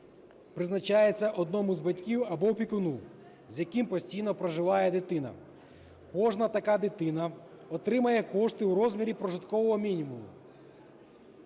призначається одному з батьків або опікуну, з яким постійно проживає дитина. Кожна така дитина отримає кошти у розмірі прожиткового мінімуму,